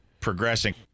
progressing